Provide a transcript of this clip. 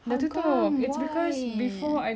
how come why